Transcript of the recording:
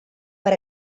per